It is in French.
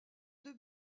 deux